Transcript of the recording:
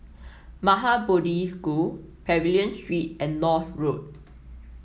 Maha Bodhi School Pavilion Street and North Road